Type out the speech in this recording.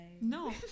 no